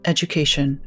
Education